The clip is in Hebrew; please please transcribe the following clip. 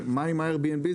מה עם Airbnb,